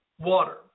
water